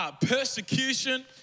persecution